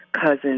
cousin's